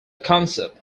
concept